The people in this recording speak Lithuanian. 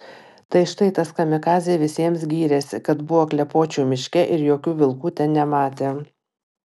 tai štai tas kamikadzė visiems gyrėsi kad buvo klepočių miške ir jokių vilkų ten nematė